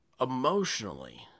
emotionally